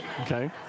Okay